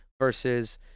versus